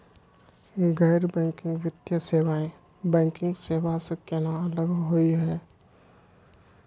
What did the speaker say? गैर बैंकिंग वित्तीय सेवाएं, बैंकिंग सेवा स केना अलग होई हे?